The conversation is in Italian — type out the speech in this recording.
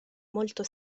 molto